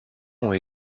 ont